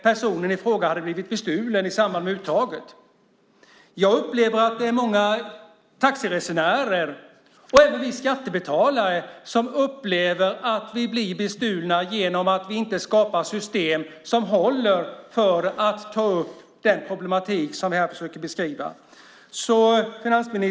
Personen i fråga hade blivit bestulen i samband med uttag. Många taxiresenärer och skattebetalare upplever att de blir bestulna genom att det inte skapas system som håller för att lösa det problem vi här försöker beskriva.